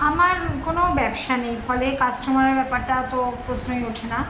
আমার কোনও ব্যবসা নেই ফলে কাস্টমারের ব্যাপারটা তো প্রশ্নই ওঠে না